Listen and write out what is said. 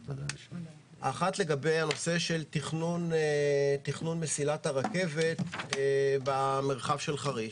לגבי הנושא של תכנון מסילת הרכבת במרחב של חריש.